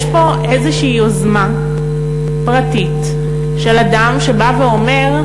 יש פה איזו יוזמה פרטית של אדם שבא ואומר: